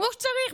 כמו שצריך,